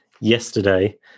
yesterday